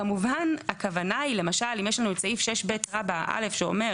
כשכמובן הכוונה היא למשל אם יש לנו את סעיף 6ב(א) שאומר